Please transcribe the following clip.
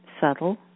subtle